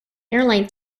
airline